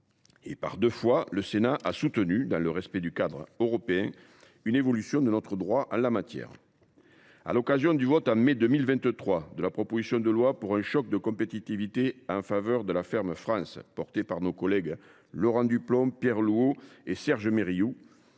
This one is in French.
Par deux fois, le Sénat a soutenu, dans le respect du cadre européen, une évolution de notre droit en la matière. En premier lieu, nous l’avons fait à l’occasion du vote, en mai 2023, de la proposition de loi pour un choc de compétitivité en faveur de la ferme France, portée par nos collègues Laurent Duplomb, Pierre Louault et Serge Mérillou.